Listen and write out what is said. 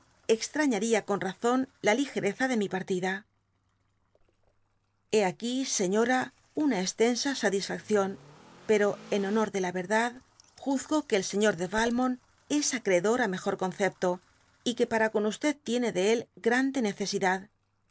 extrañaría con razón la ligereza de mi partida hé aquí señora una estensa satisfacción pero en honor de la verdad juzgo que el señor de valmont es acreedor á mejor concepto y que para con xd tiene de él grande necesidad